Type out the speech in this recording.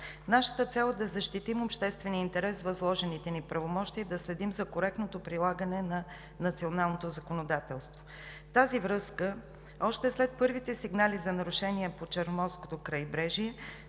Нашата цел е да защитим обществения интерес с възложените ни правомощия и да следим за коректното прилагане на националното законодателство. В тази връзка още след първите сигнали за нарушения по Черноморското крайбрежие